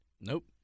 Nope